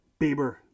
Bieber